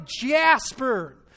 jasper